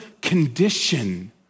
condition